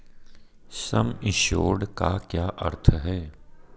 सम assured का क्या अर्थ है?